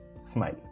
smile